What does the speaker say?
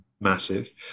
massive